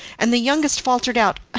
and the youngest faltered out,